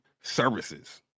services